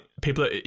people